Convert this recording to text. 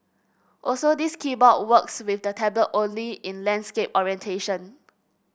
also this keyboard works with the tablet only in landscape orientation